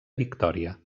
victòria